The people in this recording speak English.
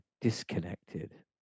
disconnected